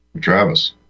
Travis